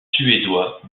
suédois